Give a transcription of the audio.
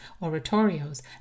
oratorios